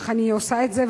אך אני עושה את זה,